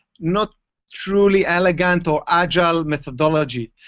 not truly elegant or agile methodology.